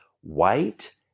white